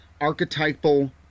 archetypal